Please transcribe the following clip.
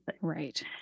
right